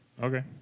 Okay